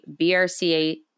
BRCA